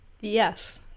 Yes